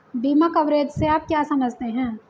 बीमा कवरेज से आप क्या समझते हैं?